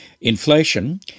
inflation